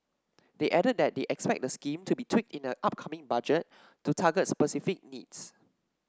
they added that they expect the scheme to be tweaked in the upcoming Budget to target specific needs